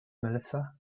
melissa